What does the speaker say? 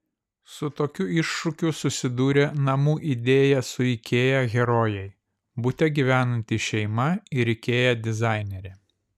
su tokiu iššūkiu susidūrė namų idėja su ikea herojai bute gyvenanti šeima ir ikea dizainerė